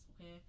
okay